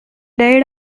died